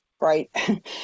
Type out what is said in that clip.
right